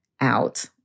out